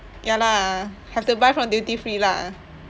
ya lah have to buy from duty free lah